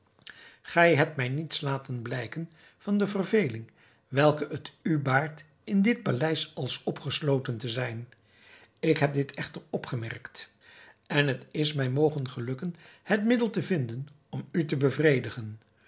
gij hebt mij niets laten blijken van de verveling welke het u baart in dit paleis als opgesloten te zijn ik heb dit echter opgemerkt en het is mij mogen gelukken het middel te vinden om u te bevredigen